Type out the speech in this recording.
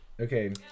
Okay